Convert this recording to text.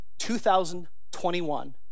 2021